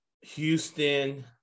Houston